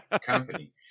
company